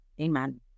Amen